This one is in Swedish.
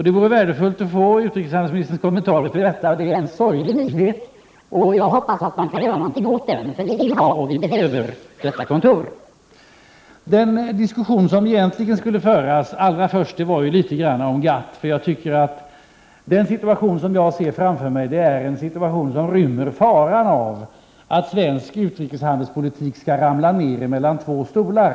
Det vore värdefullt att få utrikeshandelsministerns kommentar till detta. Det är en sorglig nyhet, och jag hoppas att man kan göra någonting åt den. Vi vill ha och vi behöver detta kontor. Den diskussion som egentligen skulle föras allra först handlar om GATT. Den situation som jag ser framför mig tycker jag rymmer faran för att svensk utrikeshandelspolitik skall hamna mellan två stolar.